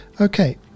Okay